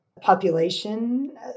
population